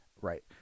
Right